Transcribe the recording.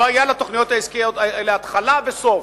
לא היו לתוכניות העסקיות האלה התחלה וסוף.